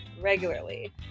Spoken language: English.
regularly